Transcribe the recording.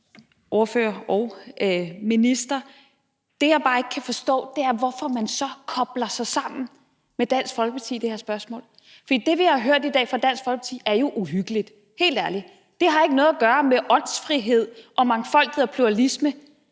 og talen fra ministeren. Det, jeg bare ikke kan forstå, er, hvorfor man så kobler sig sammen med Dansk Folkeparti i det her spørgsmål. For det, vi har hørt i dag fra Dansk Folkeparti, er jo uhyggeligt – helt ærligt. Det har ikke noget med åndsfrihed, mangfoldighed af pluralisme